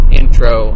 intro